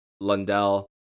Lundell